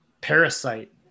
parasite